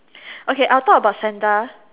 okay I will talk about Santa